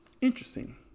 Interesting